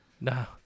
No